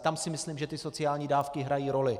Tam si myslím, že sociální dávky hrají roli.